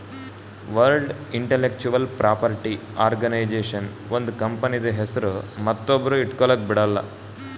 world intellectual property organization ಒಂದ್ ಕಂಪನಿದು ಹೆಸ್ರು ಮತ್ತೊಬ್ರು ಇಟ್ಗೊಲಕ್ ಬಿಡಲ್ಲ